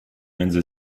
między